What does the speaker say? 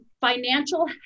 financial